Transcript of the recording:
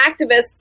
activists